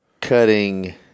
cutting